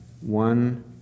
one